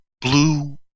blue